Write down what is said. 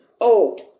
old